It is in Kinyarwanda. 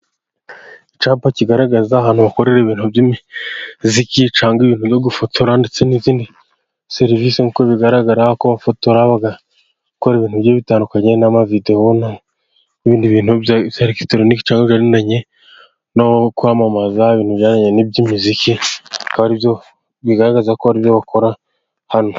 Icyapa kigaragaza ahantu hakorera ibintu by'imiziki, cyangwa ibintu byo gufotora, ndetse n'izindi serivisi nk'uko bigaragara ko bafotora bagakora ibintu bigiye bitandukanye, n'amavidewo ,n'ibindi bintu bya eletoronike, n'ibijyanye no kwamamaza ibintu bijyanye n'iby'imiziki bigaragaza ko ari ibyo bakora hano.